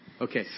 Okay